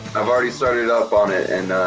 i've already started up on it, and ah,